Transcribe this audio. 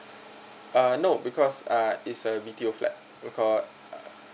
err no because uh is a retail flat because err